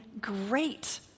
great